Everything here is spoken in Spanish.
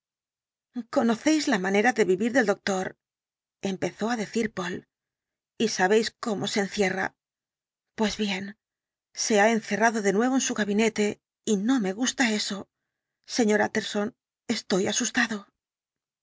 deseáis conocéis la manera de vivir del doctor empezó á decir poole y sabéis como se encierra pues bien se ha encerrado de nuevo en su gabinete y no me gusta eso sr tjtterson estoy asustado